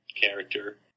character